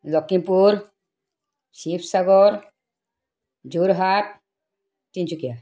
Lakhimpur Sivasagar Jorhat Tinsukia